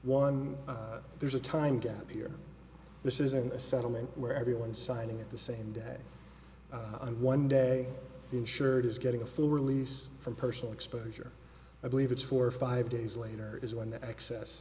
one there's a time gap here this isn't a settlement where everyone signing at the same dad on one day insured is getting a full release from personal exposure i believe it's four or five days later is when the excess